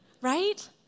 right